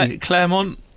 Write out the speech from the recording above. Claremont